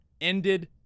ended